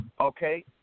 Okay